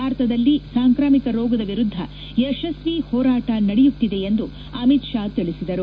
ಭಾರತದಲ್ಲಿ ಸಾಂಕ್ರಾಮಿಕ ರೋಗದ ವಿರುದ್ದ ಯಶ್ವಿ ಹೋರಾಟ ನಡೆಯುತ್ತಿದೆ ಎಂದು ಅಮಿತ್ ಷಾ ತಿಳಿಸಿದರು